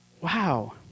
wow